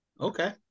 Okay